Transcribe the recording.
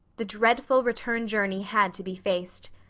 the dreadful return journey had to be faced.